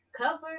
cover